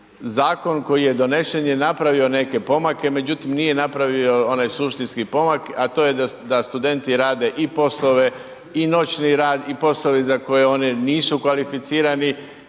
Zakon koji je donešen je napravio neke pomake, međutim nije napravio onaj suštinski pomak, a to je da studenti rade i poslove i noćni rad i poslove za koje oni nisu kvalificirani